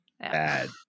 bad